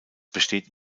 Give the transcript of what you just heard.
besteht